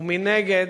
ומנגד,